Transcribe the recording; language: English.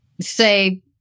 say